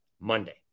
Monday